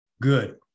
good